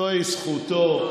זוהי זכותו.